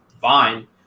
fine